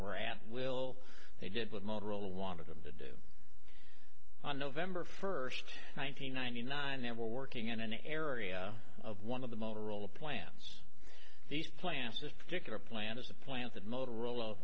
were at will they did with motorola wanted them to do on november first one nine hundred ninety nine they were working in an area of one of the motorola plants these plants this particular plant is a plant that motorola